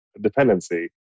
dependency